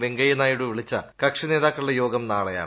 വെങ്കയ്യനായിഡു വിളിച്ച കക്ഷി നേതാക്കളുടെ യോഗം നാളെയാണ്